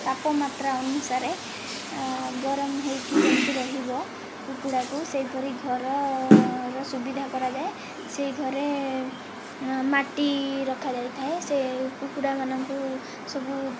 ତାପମାତ୍ରା ଅନୁସାରେ ଗରମ ହୋଇକି ଯେମିତି ରହିବ କୁକୁଡ଼ାକୁ ସେହିପରି ଘରର ସୁବିଧା କରାଯାଏ ସେହି ଘରେ ମାଟି ରଖାଯାଇଥାଏ ସେ କୁକୁଡ଼ାମାନଙ୍କୁ ସବୁ